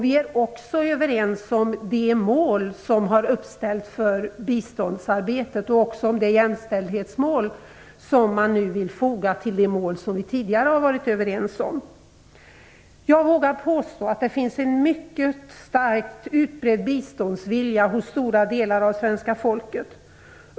Vi är också överens om de mål som har uppställts för biståndsarbetet och även de jämställdhetsmål som man nu vill foga till de mål som vi tidigare har varit överens om. Jag vågar påstå att det finns en mycket starkt utbredd biståndsvilja hos stora delar av svenska folket.